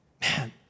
Man